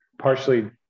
partially